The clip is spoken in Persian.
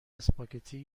اسپاگتی